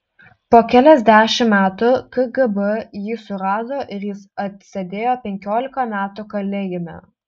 po keliasdešimt metų kgb jį surado ir jis atsėdėjo penkiolika metų kalėjime